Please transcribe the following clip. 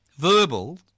Verbal